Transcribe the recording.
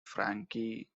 frankie